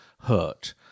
hurt